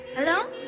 hello?